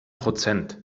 prozent